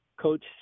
Coach